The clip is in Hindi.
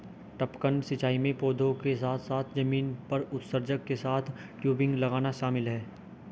टपकन सिंचाई में पौधों के साथ साथ जमीन पर उत्सर्जक के साथ टयूबिंग लगाना शामिल है